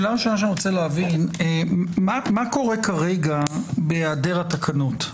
שאלה ראשונה שאני רוצה להבין מה קורה כרגע בהיעדר התקנות?